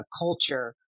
culture